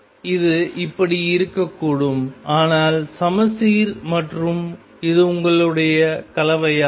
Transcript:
இது இப்படி இருக்கக்கூடும் ஆனால் சமச்சீர் மற்றும் இது உங்களுடைய கலவையாகும்